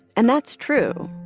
and that's true.